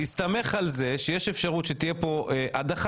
להסתמך על זה שיש אפשרות שתהיה כאן הדחה.